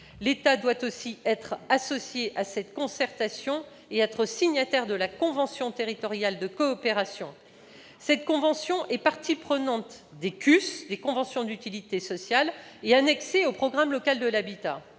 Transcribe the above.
L'État doit lui aussi être associé à cette concertation et être signataire de la convention territoriale de coopération. Cette convention serait partie prenante des CUS et annexée au programme local de l'habitat.